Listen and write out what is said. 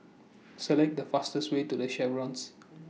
Select The fastest Way to The Chevrons